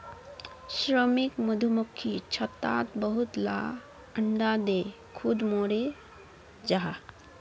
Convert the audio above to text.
श्रमिक मधुमक्खी छत्तात बहुत ला अंडा दें खुद मोरे जहा